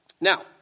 Now